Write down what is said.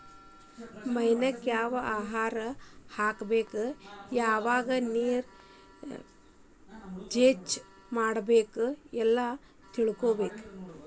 ಮೇನಕ್ಕ ಯಾವ ಆಹಾರಾ ಹಾಕ್ಬೇಕ ಯಾವಾಗ ನೇರ ಚೇಂಜ್ ಮಾಡಬೇಕ ಎಲ್ಲಾ ತಿಳಕೊಬೇಕ